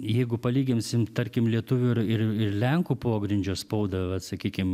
jeigu palyginsim tarkim lietuvių ir ir lenkų pogrindžio spaudą vat sakykim